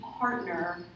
partner